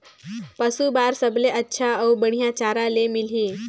पशु बार सबले अच्छा अउ बढ़िया चारा ले मिलही?